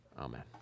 Amen